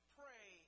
pray